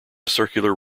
circular